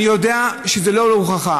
אני יודע שזה לא לרוחך,